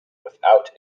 without